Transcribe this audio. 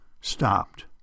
stopped